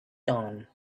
done